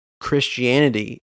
Christianity